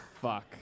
fuck